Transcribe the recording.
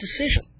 decision